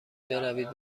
بروید